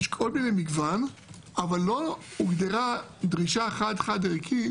יש מגוון רחב אבל לא הוגדרה דרישה אחת חד ערכית